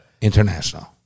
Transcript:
International